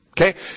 Okay